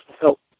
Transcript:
help